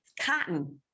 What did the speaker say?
cotton